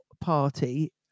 party